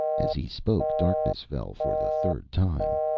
as he spoke darkness fell for the third time.